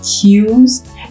cues